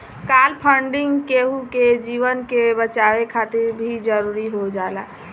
काल funding केहु के जीवन के बचावे खातिर भी जरुरी हो जाला